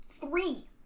three